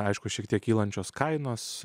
aišku šiek tiek kylančios kainos